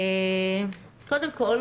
קודם כול,